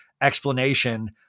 explanation